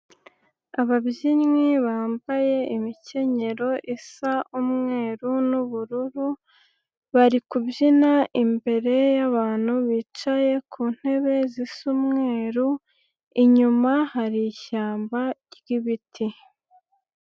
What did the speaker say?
Ababyinnyi bambaye imikenyero isa umweru n'ubururu, bari kubyina imbere y'abantu bicaye ku ntebe zisa umweru, inyuma hari ishyamba ry'ibiti.